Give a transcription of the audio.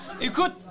Écoute